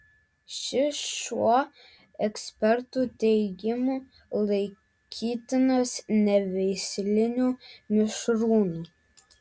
šis šuo ekspertų teigimu laikytinas neveisliniu mišrūnu